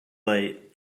late